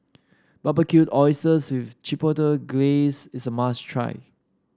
Barbecued Oysters with Chipotle Glaze is a must try